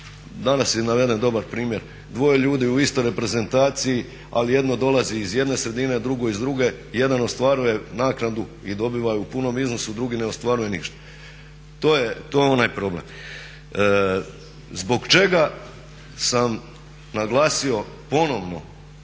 danas je naveden dobar primjer, dvoje ljudi u istoj reprezentaciji ali jedno dolazi iz jedne sredine, drugo iz druge, jedan ostvaruje naknadu i dobiva je u punom iznosu, drugi ne ostvaruje ništa. To je onaj problem. Zbog čega sam naglasio ponovno,